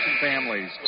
families